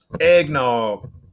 Eggnog